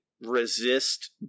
resist